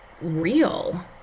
real